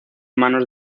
manos